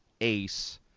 ace